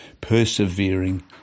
persevering